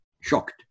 shocked